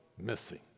missing